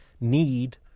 need